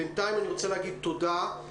בינתיים אני רוצה להגיד תודה.